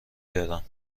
دارم